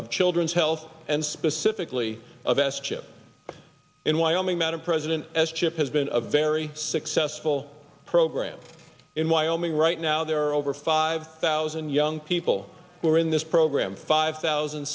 of children's health and specifically of s chip in wyoming madam president as chip has been a very successful program in wyoming right now there are over five thousand young people who are in this program five thousand